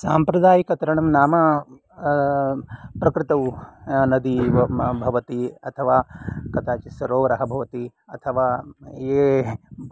साम्प्रदायिकतरणं नाम प्रकृतौ नदी भवति अथवा कदाचित् सरोवरः भवति अथवा ये